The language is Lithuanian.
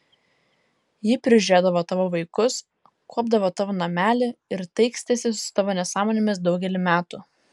ji prižiūrėdavo tavo vaikus kuopdavo tavo namelį ir taikstėsi su tavo nesąmonėmis daugelį metų